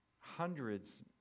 hundreds